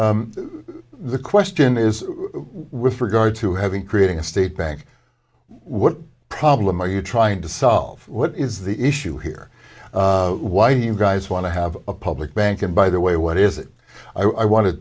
the question is with regard to having creating a state bank what problem are you trying to solve what is the issue here why you guys want to have a public bank and by the way what is it i want to